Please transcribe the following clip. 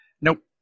Nope